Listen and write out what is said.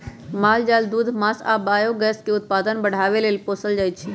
माल जाल दूध मास आ बायोगैस के उत्पादन बढ़ाबे लेल पोसल जाइ छै